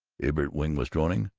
elbert wing was droning,